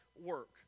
work